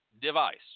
device